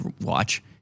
watch